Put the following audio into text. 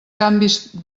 canvis